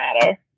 matter